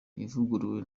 ivuguruye